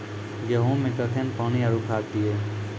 गेहूँ मे कखेन पानी आरु खाद दिये?